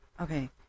Okay